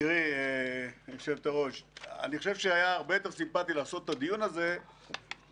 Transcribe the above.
אני כן חושב שצריך לתת כוח בידי ראשי הרשויות שיוכלו לדאוג לתושבים,